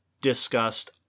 discussed